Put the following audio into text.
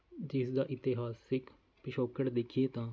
ਜਿਸਦਾ ਇਤਿਹਾਸਿਕ ਪਿਛੋਕੜ ਦੇਖੀਏ ਤਾਂ